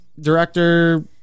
director